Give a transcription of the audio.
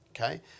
okay